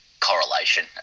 Correlation